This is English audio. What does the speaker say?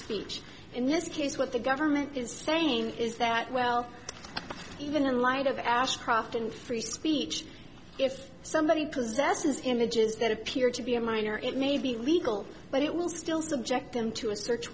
speech in this case what the government is saying is that well even in light of ashcroft and free speech if somebody possesses images that appear to be a minor it may be legal but it will still subject them to a search